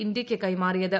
ഇന്ത്യയ്ക്ക് കൈമാറിയത്